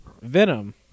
Venom